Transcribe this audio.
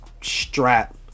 strap